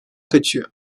kaçıyor